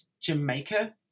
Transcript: jamaica